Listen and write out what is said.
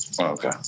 Okay